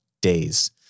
days